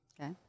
Okay